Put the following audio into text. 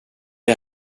jag